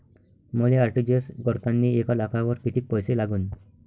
मले आर.टी.जी.एस करतांनी एक लाखावर कितीक पैसे लागन?